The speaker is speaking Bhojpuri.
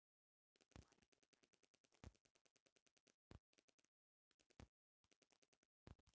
माइक्रोफाइनेंस के इस्तमाल करके छोट उद्योग के सवारल जा सकेला